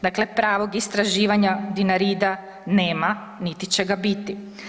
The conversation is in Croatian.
Dakle, pravo istraživanja Dinarida nema, niti će ga biti.